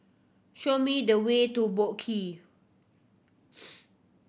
show me the way to Boat Quay